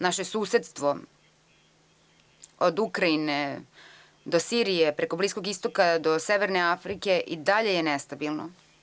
Naše susedstvo od Ukrajine do Sirije, preko Bliskog istoka do severne Afrike i dalje je nestabilno.